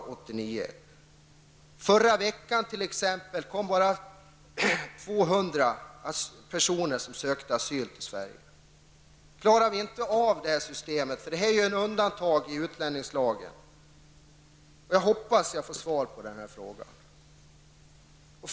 Förra veckan kom exempelvis bara 200 personer som sökte asyl. Klarar ni inte av det nuvarande systemet? Här gäller det undantag i utlänningslagen. Jag hoppas få ett svar på den frågan.